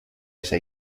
esa